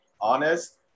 honest